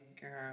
Girl